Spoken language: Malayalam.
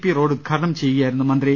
പി റോഡ്ഉദ്ഘാടനം ചെയ്യുകയായിരുന്നു മന്ത്രി